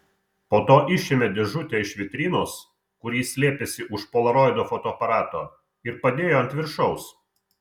po to išėmė dėžutę iš vitrinos kur ji slėpėsi už polaroido fotoaparato ir padėjo ant viršaus